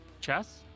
Chess